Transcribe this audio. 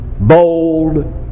Bold